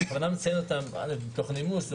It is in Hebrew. קודם כול, מתוך נימוס.